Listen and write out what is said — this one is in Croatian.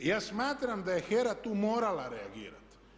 I ja smatram da je HERA tu morala reagirati.